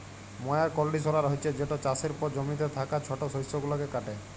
ময়ার কল্ডিশলার হছে যেট চাষের পর জমিতে থ্যাকা ছট শস্য গুলাকে কাটে